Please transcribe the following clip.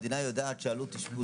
המדינה יודעת שעלות אשפוז,